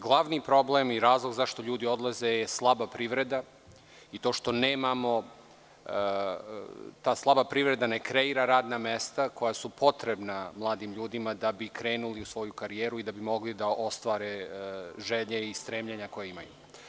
Glavni problem i razlog zašto ljudi odlaze je slaba privreda i ta slaba privreda ne kreira radna mesta koja su potrebna mladim ljudima da bi krenuli u svoju karijeru i da bi mogli da ostvare želje i stremljenja koja imaju.